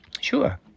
Sure